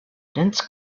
dense